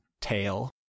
tail